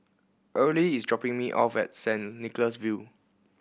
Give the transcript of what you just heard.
Earlie is dropping me off at Saint Nicholas View